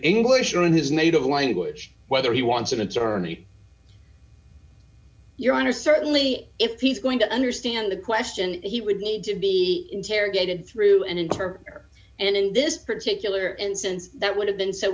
english or in his native language whether he wants an attorney your honor certainly if he's going to understand the question he would need to be interrogated through an interpreter and in this particular instance that would have